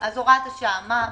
מה הבקשה?